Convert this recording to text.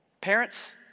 Parents